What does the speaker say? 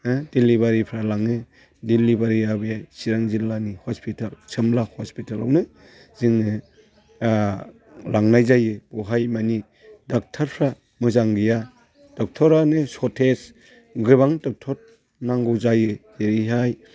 डिलिभारिफ्रा लाङो डिलिभारि हाबाया चिरां जिल्लानि हस्पिटाल सोमब्ला हस्पिटालावनो जोङो लांनाय जायो बेवहाय माने डक्ट'रफ्रा मोजां गैया डक्ट'रानो सर्टेज गोबां डक्ट'र नांगौ जायो जेरैहाय